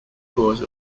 cause